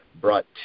brought